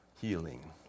healing